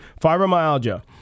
fibromyalgia